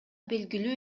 белгилүү